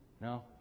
No